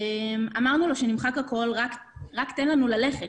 אמרנו לו שנמחק הכול ושייתן לנו רק ללכת.